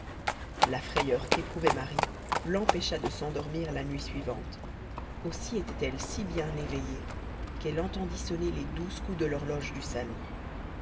la frayeur qu'éprouvait marie l'empêcha de s'endormir la nuit suivante aussi était-elle si bien éveillée qu'elle entendit sonner les douze coups de l'horloge du salon